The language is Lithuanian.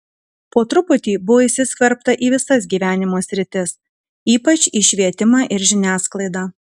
po truputį buvo įsiskverbta į visas gyvenimo sritis ypač į švietimą ir žiniasklaidą